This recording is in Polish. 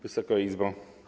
Wysoka Izbo!